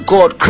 God